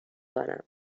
کنم